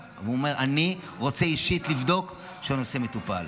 ואמר: אני רוצה אישית לבדוק שהנושא מטופל.